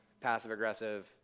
passive-aggressive